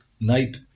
night